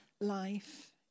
life